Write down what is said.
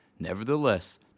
Nevertheless